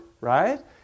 right